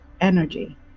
energy